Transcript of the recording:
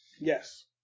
Yes